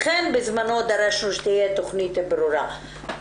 לכן בזמנו דרשנו שתהיה תוכנית ברורה.